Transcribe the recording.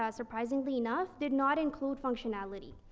ah surprisingly enough, did not include functionality.